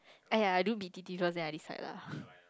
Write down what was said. I do B B T first lah then I decide lah